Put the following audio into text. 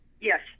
Yes